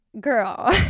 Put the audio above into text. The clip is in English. girl